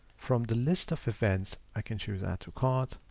from the list of events i can choose add to cart